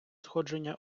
сходження